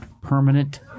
permanent